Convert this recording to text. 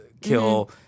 kill